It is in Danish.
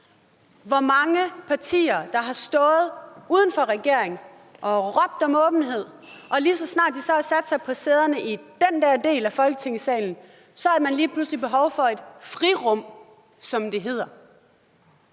hvor mange partier der har stået uden for regeringen og råbt om åbenhed, og lige så snart de har sat sig på sæderne i den der del af Folketingssalen, har man lige pludselig behov for et frirum, som det hedder.